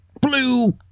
blue